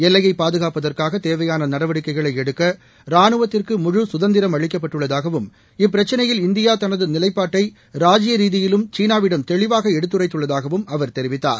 எல்லையை பாதுகாப்பதற்காக தேவையான நடவடிக்கைகளை எடுக்க ரானுவத்திற்கு முழுசுதந்திரம் அளிக்கப்பட்டுள்ளதாகவும் இப்பிரச்சினையில் இந்தியா தனது நிலைப்பாட்டை ராஜிய ரீதியிலும் சீனாவிடம் தெளிவாக எடுத்துரைத்துள்ளதாகவும் அவர் தெரிவித்தார்